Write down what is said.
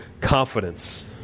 confidence